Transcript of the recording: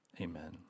amen